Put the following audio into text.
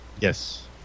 Yes